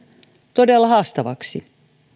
todella haastavaksi